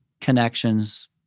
connections